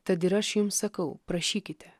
tad ir aš jums sakau prašykite